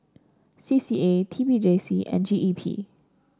C C A T P J C and G E P